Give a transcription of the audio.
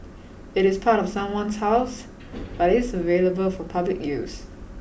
it is part of someone's house but is available for public use